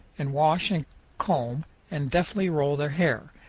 and wash and comb and deftly roll their hair,